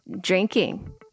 drinking